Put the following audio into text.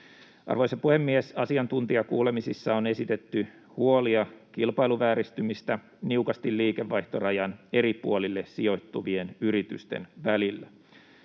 Arvoisa puhemies! Asiantuntijakuulemisissa on esitetty huolia kilpailuvääristymistä niukasti liikevaihtorajan eri puolille sijoittuvien yritysten välillä.